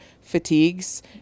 fatigues